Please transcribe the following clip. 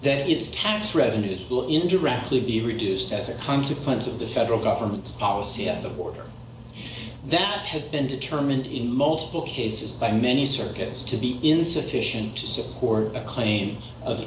that its tax revenues will indirectly be reduced as a consequence of the federal government's policy of the border that has been determined in multiple cases by many circuits to be insufficient to support a claim of